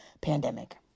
pandemic